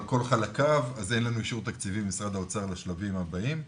כל חלקיו אז אין לנו אישור תקציבי ממשרד האוצר לשלבים הבאים,